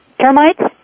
termites